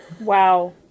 Wow